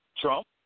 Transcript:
Trump